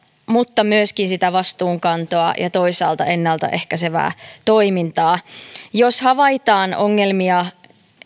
mutta myöskin vastuunkantoa ja ja toisaalta ennalta ehkäisevää toimintaa jos havaitaan ongelmia